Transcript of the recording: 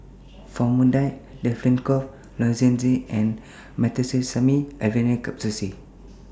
Famotidine Difflam Cough Lozenges and Meteospasmyl Alverine Capsules